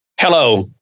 Hello